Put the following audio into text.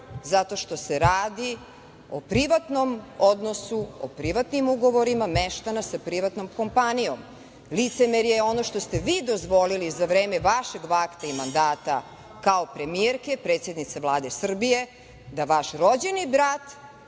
zato što se radi o privatnom odnosu, o privatnim ugovorima meštana sa privatnom kompanijom. Licemerje je ono što ste vi dozvolili za vreme vašeg vakta i mandata kao premijerke, predsednice Vlade Srbije, da vaš rođeni brat